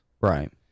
right